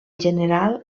general